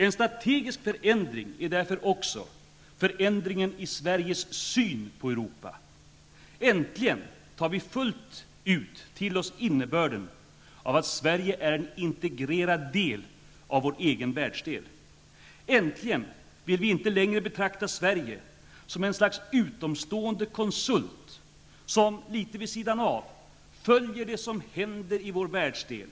En strategisk förändring är därför också förändringen i Sveriges syn på Europa. Äntligen tar vi fullt ut till oss innebörden av att Sverige är en integrerad del av vår egen världsdel. Äntligen vill vi inte längre betrakta Sverige som ett slags utomstående konsult som, litet vid sidan av, följer det som händer i vår världsdel.